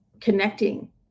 connecting